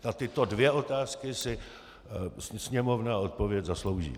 Na tyto dvě otázky si Sněmovna odpověď zaslouží.